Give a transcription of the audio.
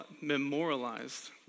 memorialized